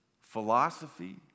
philosophy